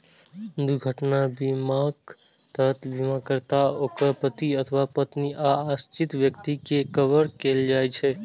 दुर्घटना बीमाक तहत बीमाकर्ता, ओकर पति अथवा पत्नी आ आश्रित व्यक्ति कें कवर कैल जाइ छै